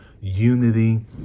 unity